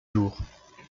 jours